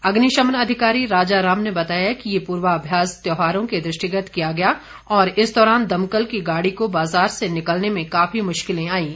अग्निशमन अधिकारी राजा राम ने बताया कि यह पूर्वाभ्यास त्यौहारों के दृष्टिगत किया गया और इस दौरान दमकल की गाड़ी को बाज़ार से निकलने में काफी मुश्किलें आईं